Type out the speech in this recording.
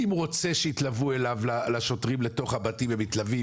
אם רוצה שיתלוו לשוטרים לתוך הבתים הם מתלווים,